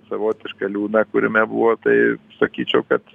savotišką liūną kuriame buvo tai sakyčiau kad